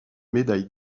médaille